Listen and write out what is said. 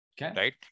right